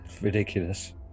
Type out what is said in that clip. ridiculous